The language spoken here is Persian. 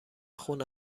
خون